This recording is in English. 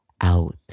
Out